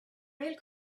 rail